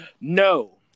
No